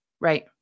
Right